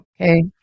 Okay